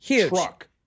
truck